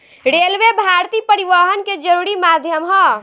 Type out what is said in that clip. railway भारतीय परिवहन के जरुरी माध्यम ह